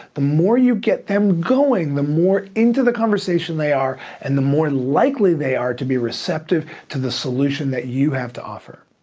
the more you get them going the more into the conversation they are and the more and likely they are to be receptive to the solution that you have to offer.